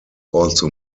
also